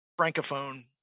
Francophone